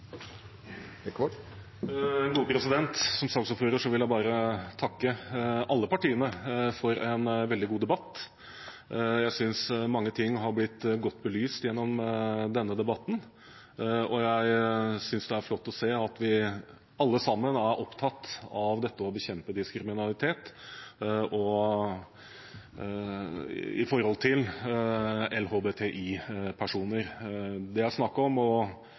Som saksordfører vil jeg bare takke alle partier for en veldig god debatt. Jeg synes mange ting har blitt godt belyst gjennom denne debatten, og jeg synes det er flott å se at vi alle sammen er opptatt av det å bekjempe diskriminering når det gjelder LHBTI-personer. Det er snakk om å kunne gi alle en mulighet til å leve et verdig liv, og